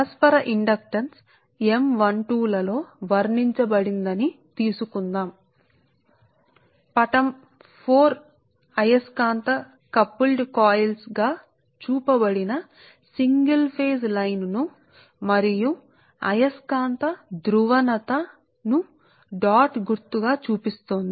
కాబట్టి అందుకే పటం 4 ఇది పటం 4సరే సింగిల్ ఫేజ్ లైన్ అయస్కాంత కపుల్డ్ కాయిల్స్ వైపు చూపిస్తున్నదిది మరియు డాట్ సింబల్ చూపిన అయస్కాంత ధ్రువణత లను డాట్ గుర్తు చే చూపబడినది